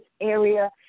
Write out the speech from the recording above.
area